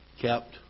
kept